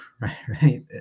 right